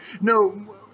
No